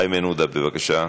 איימן עודה, בבקשה,